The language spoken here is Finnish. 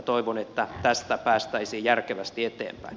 toivon että tästä päästäisiin järkevästi eteenpäin